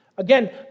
Again